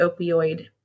opioid